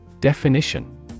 Definition